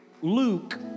Luke